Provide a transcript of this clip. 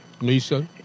Lisa